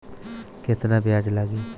केतना ब्याज लागी?